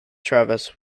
travis